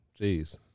Jeez